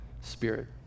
Spirit